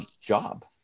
job